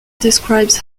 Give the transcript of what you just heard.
describes